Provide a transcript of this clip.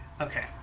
Okay